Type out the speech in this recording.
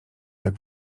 jak